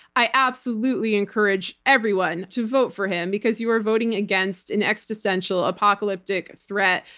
i absolutely encourage everyone to vote for him, because you are voting against an existential apocalyptic threat.